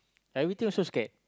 everything also scared